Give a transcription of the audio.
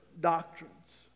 doctrines